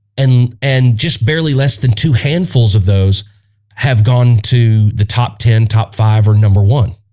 and and just barely less than two handfuls of those have gone to the top ten top five or number one